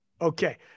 Okay